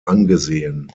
angesehen